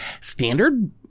standard